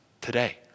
today